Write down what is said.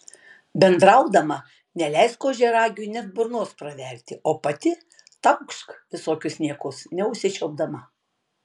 bendraudama neleisk ožiaragiui net burnos praverti o pati taukšk visokius niekus neužsičiaupdama